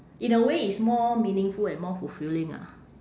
in a way it's more meaningful and more fulfilling ah